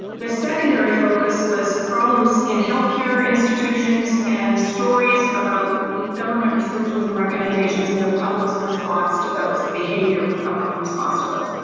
the secondary focus was problems in health care institutions and stories about government restrictions and recommendations in the public's response to those, the behavior of the public and response to those.